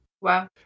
Wow